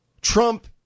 Trump